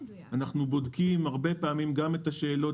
הרבה פעמים אנחנו בודקים גם את השאלות